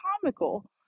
comical